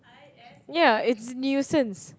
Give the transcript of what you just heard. ya it's a nuisance